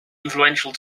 influential